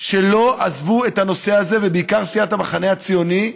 שלא עזבו את הנושא הזה, ובעיקר סיעת המחנה הציוני,